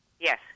Yes